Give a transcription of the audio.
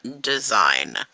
design